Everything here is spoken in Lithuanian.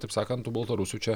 taip sakant tų baltarusių čia